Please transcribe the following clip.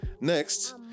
Next